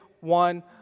one